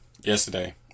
yesterday